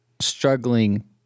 struggling